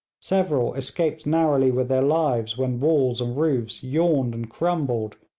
several escaped narrowly with their lives when walls and roofs yawned and crumbled,